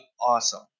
awesome